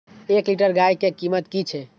एक लीटर गाय के कीमत कि छै?